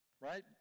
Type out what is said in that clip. right